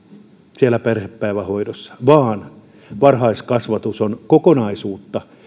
siellä perhepäivähoidossa vaan varhaiskasvatus on kokonaisuutta